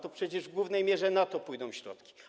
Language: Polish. To przecież w głównej mierze na to pójdą środki.